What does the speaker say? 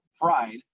pride